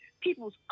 people's